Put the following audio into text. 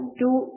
two